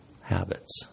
habits